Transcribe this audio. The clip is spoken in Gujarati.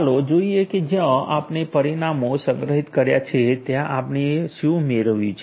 ચાલો જોઈએ કે જ્યાં આપણે પરિણામો સંગ્રહિત કર્યા છે ત્યાં આપણે શું મેળવ્યું છે